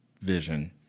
vision